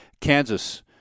Kansas